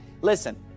listen